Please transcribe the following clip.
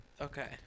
Okay